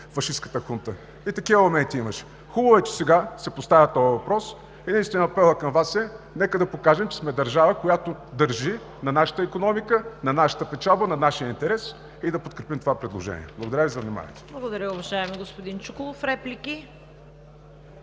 фашистката хунта – и такива моменти имаше. Хубаво е, че сега се поставя този въпрос. Единственият апел към Вас е: нека да покажем, че сме държава, която държи на нашата икономика, на нашата печалба, на нашия интерес, и да подкрепим това предложение. Благодаря Ви за вниманието. ПРЕДСЕДАТЕЛ ЦВЕТА КАРАЯНЧЕВА: Благодаря, уважаеми господин Чуколов. Реплики?